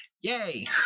Yay